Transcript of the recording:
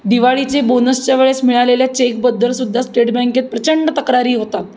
दिवाळीचे बोनसच्या वेळेस मिळालेल्या चेकबद्दलसुद्धा स्टेट बँकेत प्रचंड तक्रारी होतात